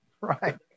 right